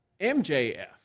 MJF